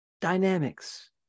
dynamics